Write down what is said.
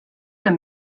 hemm